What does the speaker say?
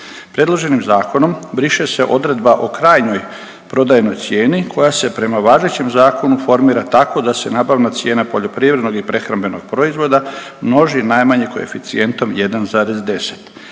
Predloženim zakonom briše se odredba o krajnjoj prodajnoj cijeni koja se prema važećem zakonu formira tako da se nabavna cijena poljoprivrednog i prehrambenog proizvoda množi najmanje koeficijentom 1,10.